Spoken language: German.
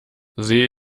sehe